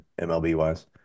MLB-wise